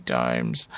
times